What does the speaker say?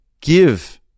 give